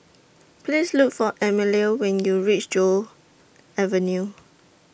Please Look For Emelia when YOU REACH Joo Avenue